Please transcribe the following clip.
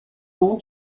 nom